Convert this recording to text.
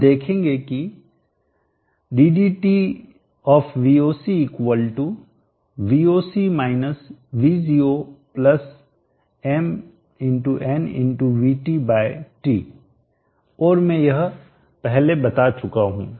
आप देखेंगे कि और मैं यह पहले बता चुका हूं